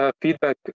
Feedback